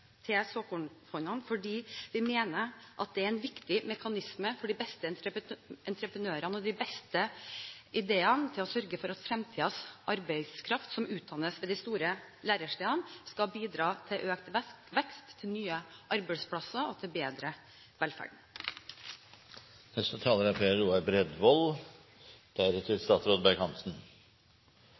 til såkornfondene. Vi mener at det er en viktig mekanisme for de beste entreprenørene og de beste ideene for å sørge for at fremtidens arbeidskraft, som utdannes ved de store lærestedene, skal bidra til økt vekst, nye arbeidsplasser og bedre velferd. I dag avvirkes det kun 8 millioner kubikk tømmer, mens tilveksten er